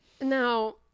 Now